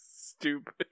stupid